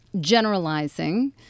generalizing